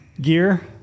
Gear